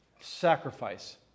sacrifice